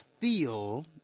feel